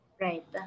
Right